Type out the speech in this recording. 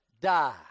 die